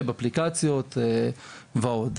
אפליקציות ועוד.